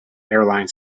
airline